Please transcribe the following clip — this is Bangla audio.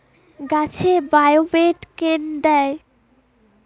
গাছে বায়োমেট কেন দেয়?